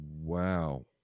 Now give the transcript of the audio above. Wow